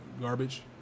garbage